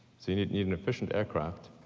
so, you need need an efficient aircraft,